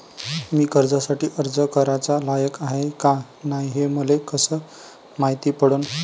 मी कर्जासाठी अर्ज कराचा लायक हाय का नाय हे मले कसं मायती पडन?